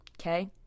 okay